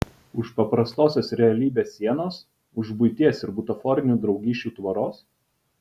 už paprastosios realybės sienos už buities ir butaforinių draugysčių tvoros